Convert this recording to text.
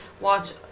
watch